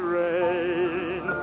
rain